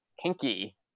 Kinky